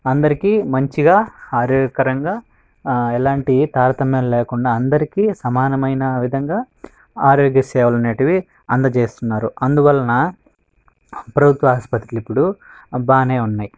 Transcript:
అందరికీ మంచిగా ఆరోగ్యకరంగా ఆ ఎలాంటి తారతమ్యాలు లేకుండా అందరికీ సమానమైన విధంగా ఆరోగ్య సేవలు అనేవి అందజేస్తున్నారు అందువలన ప్రభుత్వ ఆసుపత్రులు ఇప్పుడు బాగానే ఉన్నాయి